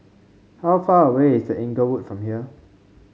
how far away is The Inglewood from here